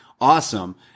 awesome